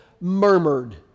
murmured